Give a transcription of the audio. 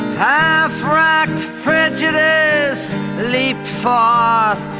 half-wracked prejudice leaped forth,